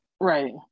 Right